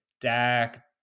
Dak